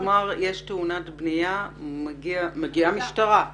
כלומר, כשיש תאונת בניה מגיעה משטרה.